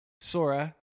Sora